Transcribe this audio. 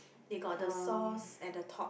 they got the sauce at the top